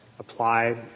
apply